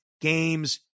games